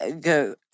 go